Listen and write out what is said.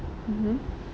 mmhmm